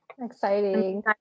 exciting